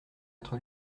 être